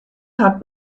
hat